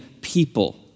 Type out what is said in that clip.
people